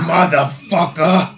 Motherfucker